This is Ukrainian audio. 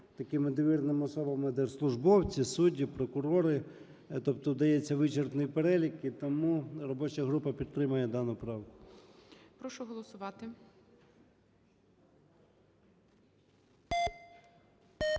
такими довіреними особами держслужбовці, судді, прокурори, тобто дається вичерпний перелік. І тому робоча група підтримує дану правку.